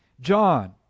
John